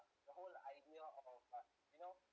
the whole idea of our uh you know